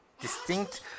distinct